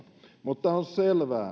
mutta on selvää